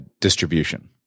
distribution